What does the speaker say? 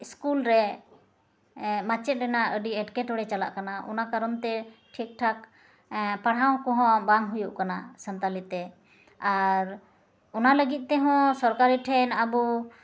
school ᱨᱮ ᱢᱟᱪᱮᱫ ᱨᱮᱱᱟᱜ ᱟᱹᱰᱤ ᱮᱴᱠᱮᱴᱚᱬᱮ ᱪᱟᱞᱟᱜ ᱠᱟᱱᱟ ᱚᱱᱟ ᱠᱟᱨᱚᱱᱛᱮ ᱴᱷᱤᱠᱴᱷᱟᱠ ᱯᱟᱲᱦᱟᱣᱠᱚ ᱦᱚᱸ ᱵᱟᱝ ᱦᱩᱭᱩᱜ ᱠᱟᱱᱟ ᱥᱟᱱᱛᱟᱞᱤᱛᱮ ᱟᱨ ᱚᱱᱟ ᱞᱟᱹᱜᱤᱫᱛᱮ ᱦᱚᱸ ᱥᱚᱨᱠᱟᱨᱤ ᱴᱷᱮᱱ ᱟᱵᱚ